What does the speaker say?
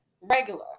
regular